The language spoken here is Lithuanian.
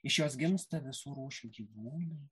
iš jos gimsta visų rūšių gyvūnai